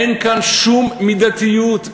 אין כאן שום מידתיות.